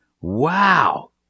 Wow